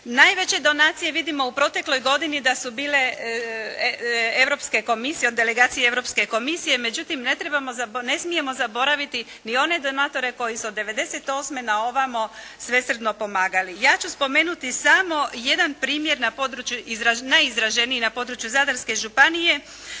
Najveće donacije vidimo u protekloj godini da su bile delegacije Europske komisije. Međutim, ne smijemo zaboraviti ni one donatore koji su od '98. na ovamo svesrdno pomagali. Ja ću spomenuti samo jedan primjer najizraženiji na području Zadarske županije